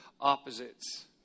opposites